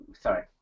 sorry